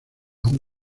aun